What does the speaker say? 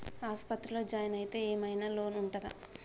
ఆస్పత్రి లో జాయిన్ అయితే ఏం ఐనా లోన్ ఉంటదా?